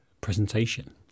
presentation